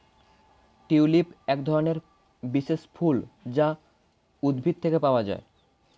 tulip একধরনের বিশেষ ফুল যা উদ্ভিদ থেকে পাওয়া যায়